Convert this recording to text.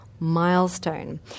milestone